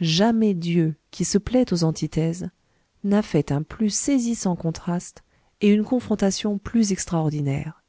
jamais dieu qui se plaît aux antithèses n'a fait un plus saisissant contraste et une confrontation plus extraordinaire